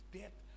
death